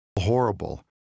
Horrible